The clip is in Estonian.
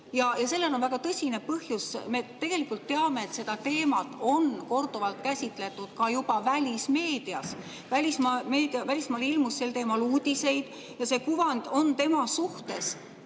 Sellel on väga tõsine põhjus. Me tegelikult teame, et seda teemat on korduvalt käsitletud ka juba välismeedias. Välismaal ilmus sel teemal uudiseid ja see kuvand on tema suhtes